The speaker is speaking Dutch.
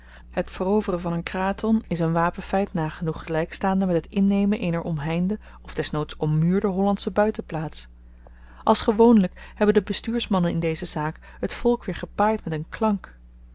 het veroveren van een kraton is n wapenfeit nagenoeg gelykstaande met het innemen eener omheinde of des noods ommuurde hollandsche buitenplaats als gewoonlyk hebben de bestuursmannen in deze zaak t volk weer gepaaid met n klank